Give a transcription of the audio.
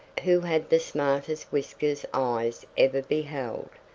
who had the smartest whiskers eyes ever beheld.